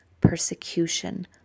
persecution